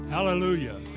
Hallelujah